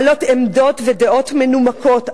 אנו בעלות עמדות ודעות מנומקות,